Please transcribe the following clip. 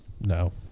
No